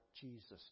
Jesus